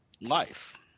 life